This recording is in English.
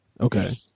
Okay